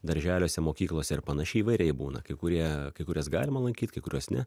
darželiuose mokyklose ir panašiai įvairiai būna kai kurie kai kuriuos galima lankyti kai kuriuos ne